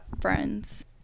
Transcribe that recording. friends